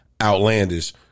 outlandish